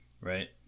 right